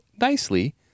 nicely